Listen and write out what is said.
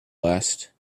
last